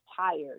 tired